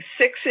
six